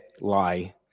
lie